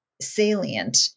salient